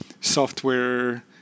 software